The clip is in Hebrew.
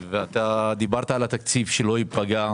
אני מבקש שאתם תשיבו עליהן אבל קודם נאפשר למי שנרשם להתבטא.